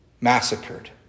massacred